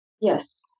Yes